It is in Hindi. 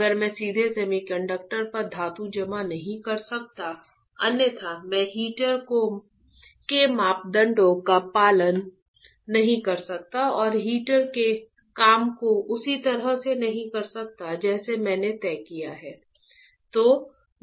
अगर मैं सीधे सेमीकंडक्टर पर धातु जमा नहीं कर सकता अन्यथा मैं हीटर के मापदंडों का पालन नहीं कर सकता और हीटर के काम को उसी तरह से नहीं कर सकता जैसा मैंने तय किया है